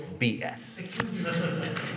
BS